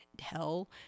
hell